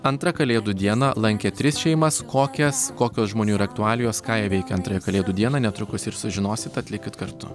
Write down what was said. antrą kalėdų dieną lankė tris šeimas kokias kokios žmonių yra aktualijos ką jie veikia antrąją kalėdų dieną netrukus ir sužinosit tad likit kartu